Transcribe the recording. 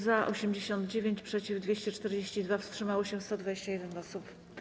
Za - 89, przeciw - 242, wstrzymało się 121 osób.